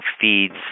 feeds